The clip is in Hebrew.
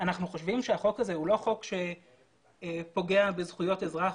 אנחנו חושבים שהחוק הזה הוא לא חוק שפוגע בזכויות אזרח,